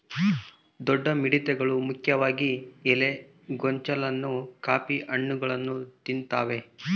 ದೊಡ್ಡ ಮಿಡತೆಗಳು ಮುಖ್ಯವಾಗಿ ಎಲೆ ಗೊಂಚಲನ್ನ ಕಾಫಿ ಹಣ್ಣುಗಳನ್ನ ತಿಂತಾವೆ